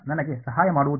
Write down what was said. ನನಗೆ ಸಹಾಯ ಮಾಡುವುದಿಲ್ಲ